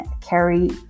carry